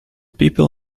people